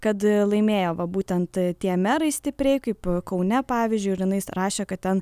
kad laimėjo va būtent tie merai stipriai kaip kaune pavyzdžiui ir jinai rašė kad ten